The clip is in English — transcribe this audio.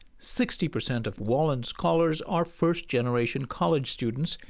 sixty percent of wallin scholars are first-generation college students,